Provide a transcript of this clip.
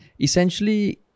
essentially